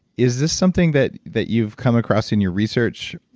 is this something that that you've come across in your research,